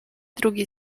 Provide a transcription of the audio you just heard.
drugi